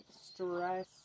stress